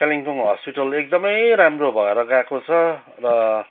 Kalimpong hospital एकदमै राम्रो भएर गएको छ र